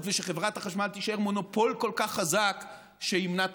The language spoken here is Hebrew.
ושחברת החשמל תישאר מונופול כל כך חזק שימנע תחרות.